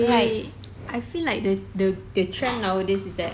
like I feel like the the the trend nowadays is that